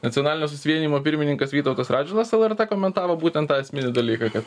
nacionalinio susivienijimo pirmininkas vytautas radžvilas lrt komentavo būtent tą esminį dalyką kad